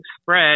spread